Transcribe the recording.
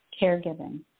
caregiving